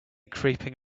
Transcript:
creeping